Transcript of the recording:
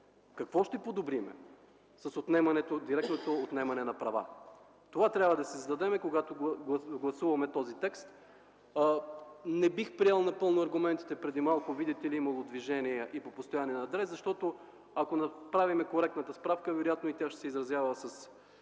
Какво ще подобрим с директното отнемане на права? Този въпрос трябва да си зададем като гласуваме този текст. Не бих приел аргументите преди малко, че видите ли, имало движение и по постоянен адрес, защото ако направим коректната справка, вероятно тя ще се изразява в